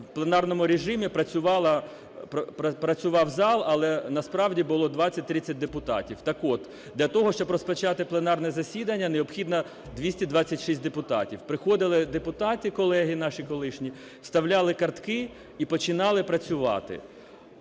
в пленарному режимі працював зал, але насправді було 20-30 депутатів. Так от, для того, щоб розпочати пленарне засідання необхідно 226 депутатів. Приходили депутати, колеги наші колишні, вставляли картки і починали працювати.